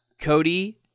Cody